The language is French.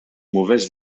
mauvaise